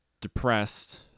depressed